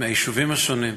מהיישובים השונים,